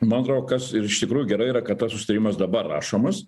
man atrodo kas iš tikrųjų gerai yra kad tas susitarimas dabar rašomas